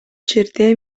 жерде